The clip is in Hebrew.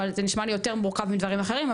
זה נשמע לי יותר מורכב מדברים אחרים,